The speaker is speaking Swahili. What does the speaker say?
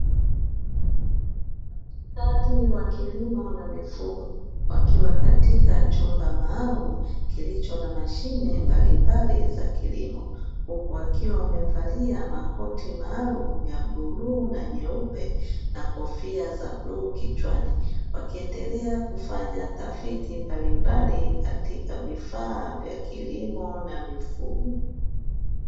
Daktari wa kilimo na mifugo wakiwa katika chumba maalumu kilicho na mashine mbalimbali za kilimo, huku wakiwa wamevalia makoti maalumu ya buluu na nyeupe na kofia za bluu kichwani, wakiendelea kufanya tafiti mbalimbali katika vifaa vya kilimo na mifugo.